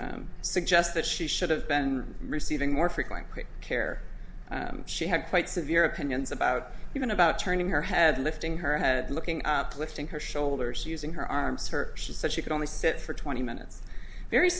would suggest that she should have been receiving more frequent care she had quite severe opinions about going about turning her head lifting her head looking up listing her shoulders using her arms her she said she could only sit for twenty minutes very